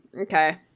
Okay